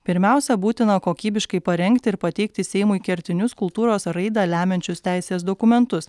pirmiausia būtina kokybiškai parengti ir pateikti seimui kertinius kultūros raidą lemiančius teisės dokumentus